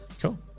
Cool